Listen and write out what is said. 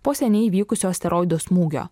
po seniai įvykusio asteroido smūgio